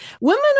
Women